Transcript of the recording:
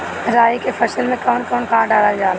रागी के फसल मे कउन कउन खाद डालल जाला?